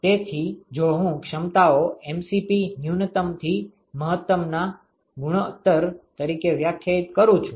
તેથી જો હું ક્ષમતાઓ ન્યુનતમથી મહત્તમના ગુણોત્તર તરીકે વ્યાખ્યાયિત કરું છું